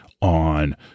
On